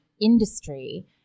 industry